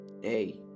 hey